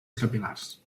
capil·lars